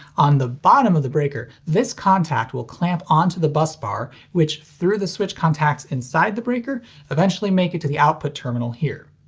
on the bottom of the breaker, this contact will clamp onto the bus bar, which through the switch contacts inside the breaker eventually make it to the output terminal here.